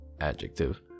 Adjective